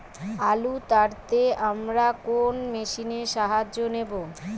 আলু তাড়তে আমরা কোন মেশিনের সাহায্য নেব?